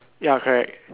ya correct